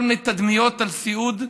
כל מיני תדמיות על סיעוד.